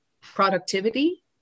productivity